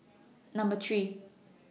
Number three